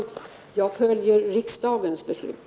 Jag följer riksdagens beslut.